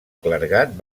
clergat